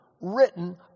written